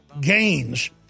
gains